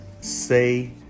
say